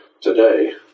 today